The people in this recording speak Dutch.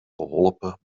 geholpen